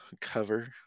cover